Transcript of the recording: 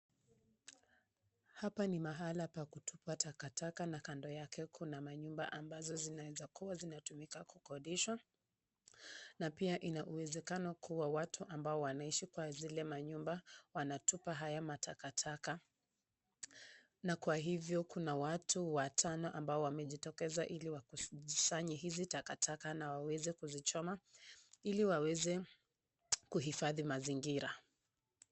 Hapa ni mahala pa kutupa takataka na kando yake kuna manyumba ambazo zinaweza kuwa zinatumika kukodeshwa, na pia ina uwezekano kuwa watu ambao wanaishi kwa zile manyumba wanatupa haya matakataka, na kwa hivyo, kuna watu watano ambao wamejitokeza ili wakusanye hizi takataka na waweze kuzichoma, ili waweze kuhifadhi mazingira.